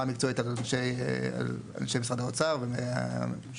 המקצועית על אנשי משרד האוצר והממשלה.